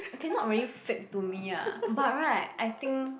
okay not really fake to me ah but right I think